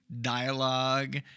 dialogue